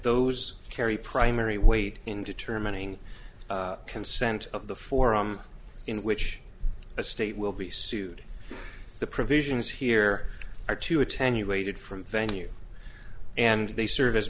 those carry primary weight in determining consent of the forum in which a state will be sued the provisions here are too attenuated from venue and they serve as